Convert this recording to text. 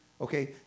Okay